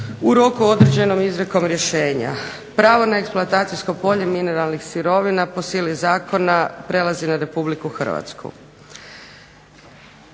roku određenom izrijekom rješenja. Pravo na eksploatacijsko polje mineralnih sirovina po sili zakona prelazi na Republiku Hrvatsku.